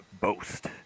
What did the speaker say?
boast